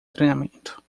treinamento